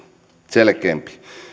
selkeämpi